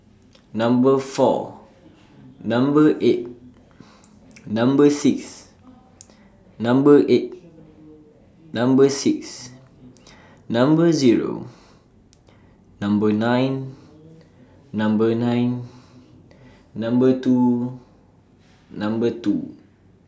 Number four Number eight Number six Number eight Number six Number Zero Number nine Number nine Number two Number two